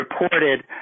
reported